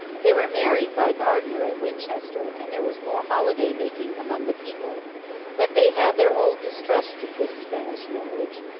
they were married by gardiner, at winchester, and there was more holiday-making among the people but they had their old distrust of this spanish marriage,